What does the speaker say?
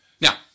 Now